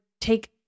take